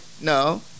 no